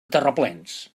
terraplens